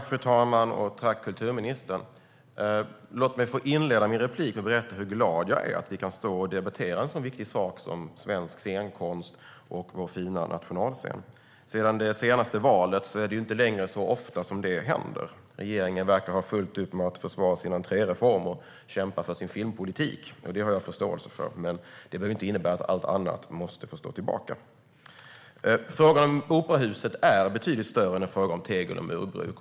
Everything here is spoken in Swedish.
Fru talman! Låt mig inleda mitt inlägg med att berätta hur glad jag är att vi kan stå här och debattera en så viktig sak som svensk scenkonst och vår fina nationalscen. Sedan det senaste valet är det inte längre så ofta som det händer. Regeringen verkar ha fullt upp med att försvara sin entréreform och kämpa för sin filmpolitik. Det har jag förståelse för, men det behöver inte innebära att annat måste stå tillbaka. Frågan om operahuset är betydligt större än en fråga om tegel och murbruk.